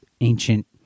ancient